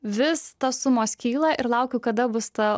vis tos sumos kyla ir laukiu kada bus ta